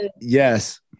Yes